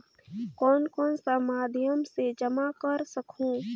कौन कौन सा माध्यम से जमा कर सखहू?